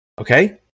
Okay